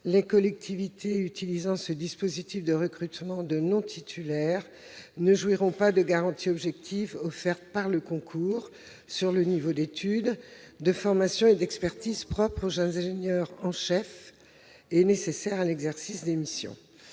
les collectivités ayant recours à ce dispositif de recrutement de non-titulaires ne jouiront pas des garanties objectives offertes par le concours quant au niveau d'études, de formation et d'expertise propre aux jeunes ingénieurs en chef et nécessaire à l'exercice de leurs missions.